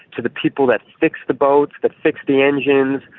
to the people that fix the boats, that fix the engines,